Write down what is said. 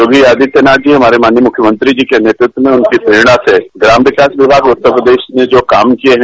योगी आदित्यनाथ जी जो हमारे माननीय मुख्यमंत्री जी के नेतृत्व में उनकी प्रेरणा से ग्राम विकास विभाग उत्तर प्रदेश ने जो काम किये हैं